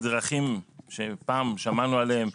בדרכים שפעם שמענו עליהם.